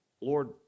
Lord